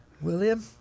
William